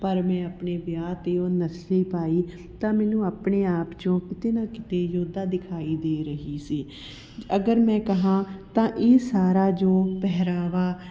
ਪਰ ਮੈਂ ਆਪਣੇ ਵਿਆਹ ਤੇ ਉਹ ਨੱਥਨੀ ਪਾਈ ਤਾਂ ਮੈਨੂੰ ਆਪਣੇ ਆਪ ਜੋ ਕਿਤੇ ਨਾ ਕਿਤੇ ਜੋਧਾ ਦਿਖਾਈ ਦੇ ਰਹੀ ਸੀ ਅਗਰ ਮੈਂ ਕਹਾਂ ਤਾਂ ਇਹ ਸਾਰਾ ਜੋ ਪਹਿਰਾਵਾ